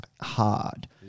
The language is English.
hard